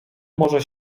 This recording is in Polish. może